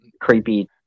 creepy